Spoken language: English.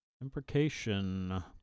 Imprecation